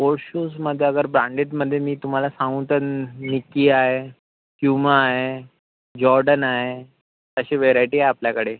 sports शूजमध्ये अगर ब्रँडेडमध्ये मी तुम्हाला सांगू तर निकी आहे प्युमा आहे जॉर्डन आहे अशी व्हरायटी आहे आपल्याकडे